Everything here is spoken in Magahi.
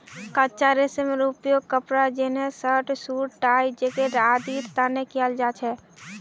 कच्चा रेशमेर उपयोग कपड़ा जंनहे शर्ट, सूट, टाई, जैकेट आदिर तने कियाल जा छे